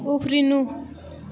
उफ्रिनु